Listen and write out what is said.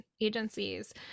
agencies